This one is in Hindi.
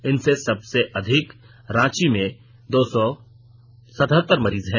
इनमें सबसे अधिक रांची में दो सौ सतहत्तर मरीज हैं